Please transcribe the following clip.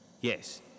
Yes